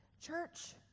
Church